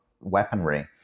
weaponry